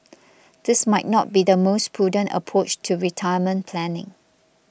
this might not be the most prudent approach to retirement planning